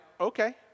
Okay